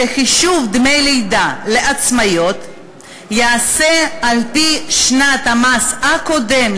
שחישוב דמי לידה לעצמאיות ייעשה על-פי שנת המס הקודמת